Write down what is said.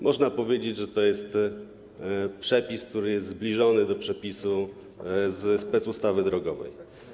Można powiedzieć, że jest to przepis, który jest zbliżony do przepisu specustawy drogowej.